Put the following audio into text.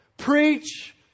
preach